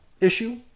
issue